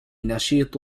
نشيط